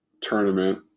tournament